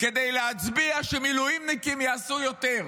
כדי להצביע שמילואימניקים יעשו יותר,